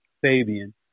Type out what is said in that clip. Fabian